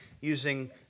using